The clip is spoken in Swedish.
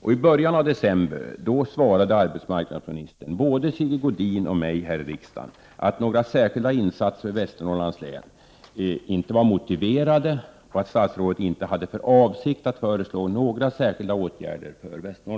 I början av december svarade arbetsmarknadsministern både Sigge Godin och mig här i kammaren att några särskilda insatser för Västernorrlands län inte var motiverade och att man inte hade för avsikt att föreslå några särskilda åtgärder.